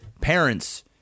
parents